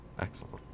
Excellent